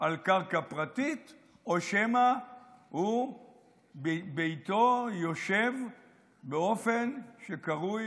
על קרקע פרטית או שמא ביתו יושב באופן שקרוי